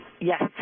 Yes